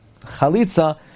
chalitza